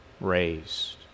raised